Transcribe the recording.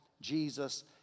Jesus